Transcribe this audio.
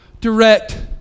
direct